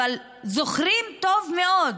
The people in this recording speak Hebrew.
אבל זוכרים טוב מאוד,